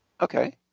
Okay